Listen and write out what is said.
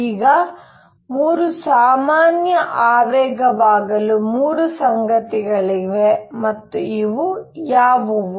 ಈಗ 3 ಸಾಮಾನ್ಯ ಆವೇಗವಾಗಲು 3 ಸಂಗತಿಗಳಿವೆ ಮತ್ತು ಇವು ಯಾವುವು